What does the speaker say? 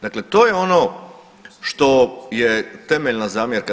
Dakle, to je ono što je temeljna zamjerka.